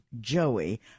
Joey